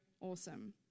awesome